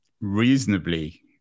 reasonably